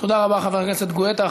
תודה רבה, חבר הכנסת גואטה.